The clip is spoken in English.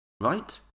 right